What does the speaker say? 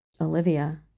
Olivia